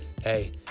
Hey